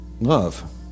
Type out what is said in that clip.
love